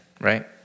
Right